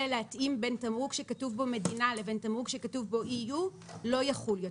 להתאים בין תמרוק שכתוב בו מדינה ולבין תמרוק שכתוב בו EU לא יחול יותר.